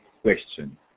question